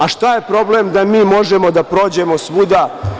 A, šta je problem da mi možemo da prođemo svuda?